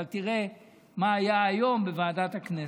אבל תראה מה היה היום בוועדת הכנסת.